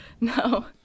No